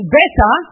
better